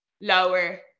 lower